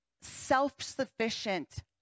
self-sufficient